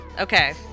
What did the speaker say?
Okay